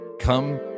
come